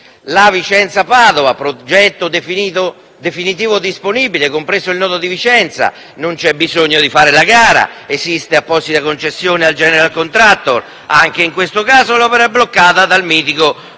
la Vicenza-Padova, progetto definitivo disponibile, compreso il nodo di Vicenza: non c'è bisogno di fare la gara, esiste apposita concessione al *general contractor*, ma anche in questo caso l'opera è bloccata dal mitico professor